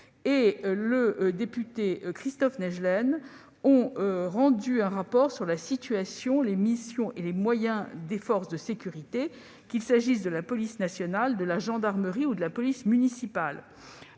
de M. Christophe Naegelen sur la situation, les missions et les moyens des forces de sécurité, qu'il s'agisse de la police nationale, de la gendarmerie ou de la police municipale.